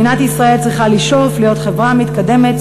מדינת ישראל צריכה לשאוף להיות חברה מתקדמת,